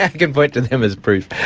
i can point to them as proof,